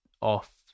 off